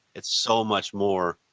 it's so much more.